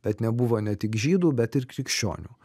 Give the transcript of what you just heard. bet nebuvo ne tik žydų bet ir krikščionių